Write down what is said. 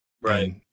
Right